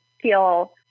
feel